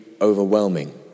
overwhelming